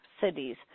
cities